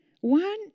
One